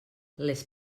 les